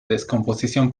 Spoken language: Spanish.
descomposición